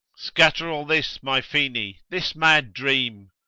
scatter all this, my phene a this mad dream!